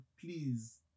please